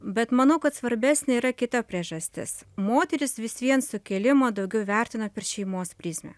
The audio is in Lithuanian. bet manau kad svarbesnė yra kita priežastis moterys vis vien sukėlimą daugiau vertina per šeimos prizmę